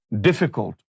difficult